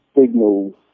signals